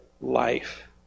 life